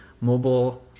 mobile